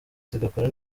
zigakora